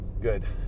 good